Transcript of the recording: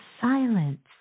silence